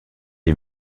est